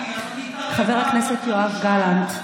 חבר הכנסת יואב גלנט,